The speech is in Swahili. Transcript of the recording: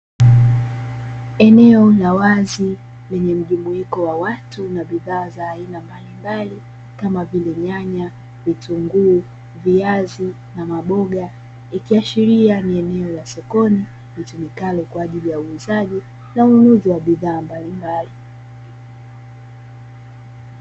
Eneo la wazi lenye mjumuiko wa watu na bidhaa za aina mbalimbali, kama vile; nyanya, vitunguu, viazi na maboga, ikiashiria ni eneo la sokoni linalotumika kwa ajili ya uuzaji na ununuzi wa bidhaa mbalimbali.